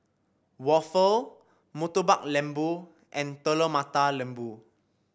waffle Murtabak Lembu and Telur Mata Lembu